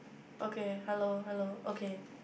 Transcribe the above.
okay hello hello okay